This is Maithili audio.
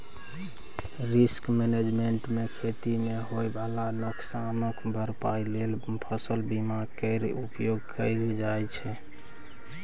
रिस्क मैनेजमेंट मे खेती मे होइ बला नोकसानक भरपाइ लेल फसल बीमा केर उपयोग कएल जाइ छै